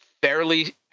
fairly